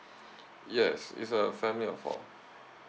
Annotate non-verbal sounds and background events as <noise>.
<breath> yes it's a family of four